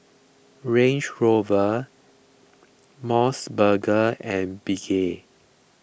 Range Rover Mos Burger and Bengay